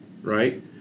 right